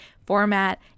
format